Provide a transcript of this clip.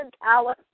Dallas